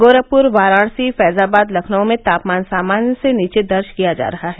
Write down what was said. गोरखपुर वाराणसी फैजाबाद लखनऊ में तापमान सामान्य से नीचे दर्ज किया जा रहा है